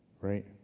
Right